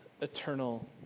eternal